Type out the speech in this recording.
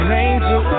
angel